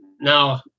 Now